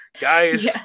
guys